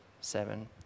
seven